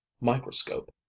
microscope